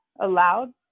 allowed